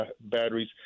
batteries